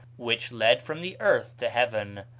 which led from the earth to heaven,